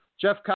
Jeff